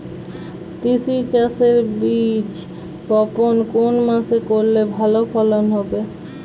তিসি চাষের বীজ বপন কোন মাসে করলে ভালো ফলন হবে?